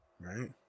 Right